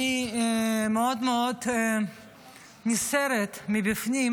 אני מאוד מאוד נסערת מבפנים